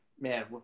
man